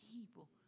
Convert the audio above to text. people